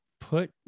put